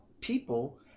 people